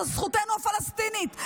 זו זכותנו הפלסטינית.